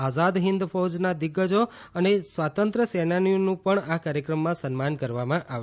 આઝાદ હિન્દ ફોજના દિગ્ગજો અને સ્વાતંત્ર્ય સેનાનીઓનું પણ આ કાર્યક્રમમાં સન્માન કરવામાં આવશે